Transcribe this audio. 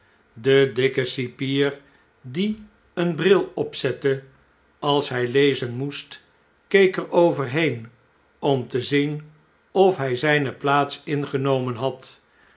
de dikke cipier die een bril opzette als hij lezen moest keek er overheen om te zien of hi zjjne plaats ingenomen had